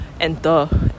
Enter